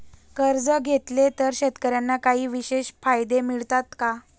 कर्ज घेतले तर शेतकऱ्यांना काही विशेष फायदे मिळतात का?